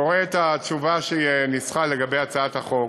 קורא את התשובה שהיא ניסחה לגבי הצעת החוק.